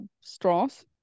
straws